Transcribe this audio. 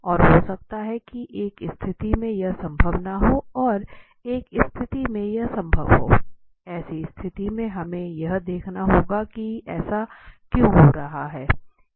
और हो सकता है कि एक स्थति में यह संभव न हो और एक स्तिथी में यह संभव हो तो ऐसी स्थिति में हमें यह देखना होगा कि ऐसा क्यों हो रहा है